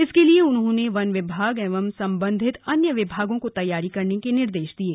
इसके लिए उन्होंने वन विभाग व सम्बन्धित अन्य विभागों को तैयारी करने के निर्देश दिये